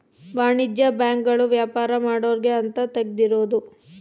ವಾಣಿಜ್ಯ ಬ್ಯಾಂಕ್ ಗಳು ವ್ಯಾಪಾರ ಮಾಡೊರ್ಗೆ ಅಂತ ತೆಗ್ದಿರೋದು